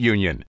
Union